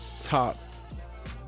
top